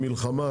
מלחמה,